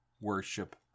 worship